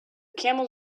camel